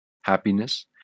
happiness